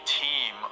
team